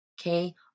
Okay